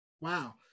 Wow